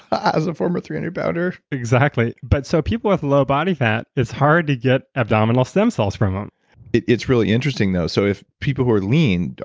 as a former three hundred pounder exactly. but so people with low body fat, it's hard to get abdominal stem cells from them it's really interesting though so if people who are lean,